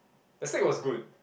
the steak was good